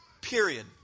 Period